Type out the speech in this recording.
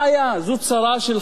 זו צרה של חברה,